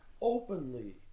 openly